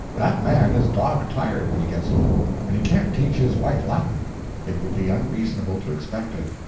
that man is dog-tired when he gets home, and he can't teach his wife latin it would be unreasonable to expect it.